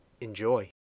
Enjoy